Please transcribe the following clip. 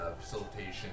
facilitation